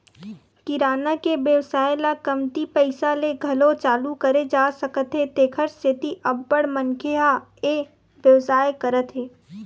किराना के बेवसाय ल कमती पइसा ले घलो चालू करे जा सकत हे तेखर सेती अब्बड़ मनखे ह ए बेवसाय करत हे